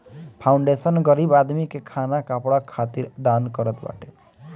foundation गरीब आदमीन के खाना कपड़ा खातिर दान करत बाटे